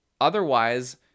Otherwise